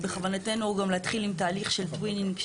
בכוונתנו גם להתחיל עם תהליך של טווינינג,